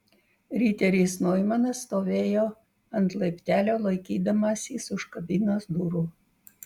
riteris noimanas stovėjo ant laiptelio laikydamasis už kabinos durų